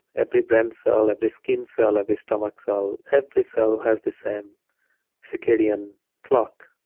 every brain cell, every skin cell, every stomach cell, every cell has the same circadian clock.